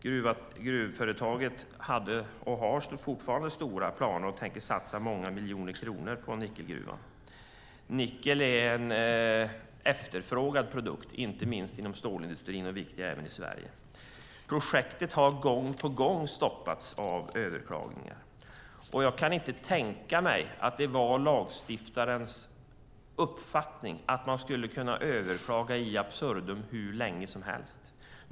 Gruvföretaget hade och har fortfarande stora planer och tänker satsa många miljoner kronor på en nickelgruva. Nickel är en efterfrågad produkt, inte minst inom stålindustrin, och är viktig även i Sverige. Projektet har gång på gång stoppats av överklagningar. Jag kan inte tänka mig att det var lagstiftarens uppfattning att man skulle kunna överklaga in absurdum hur länge som helst.